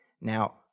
now